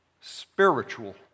spiritual